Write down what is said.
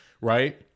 Right